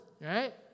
right